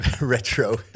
Retro